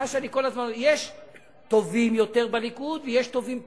יש טובים יותר בליכוד ויש טובים פחות.